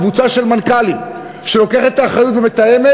קבוצה של מנכ"לים שלוקחת את האחריות ומתאמת.